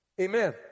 amen